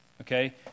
okay